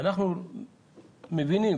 אנחנו מבינים